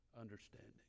understanding